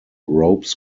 ropes